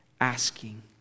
asking